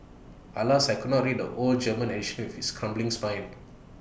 Alas I could not read the old German edition with its crumbling spine